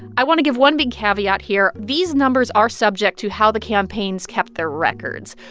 i want to give one big caveat here. these numbers are subject to how the campaigns kept their records.